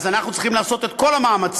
אז אנחנו צריכים לעשות את כל המאמצים.